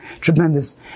Tremendous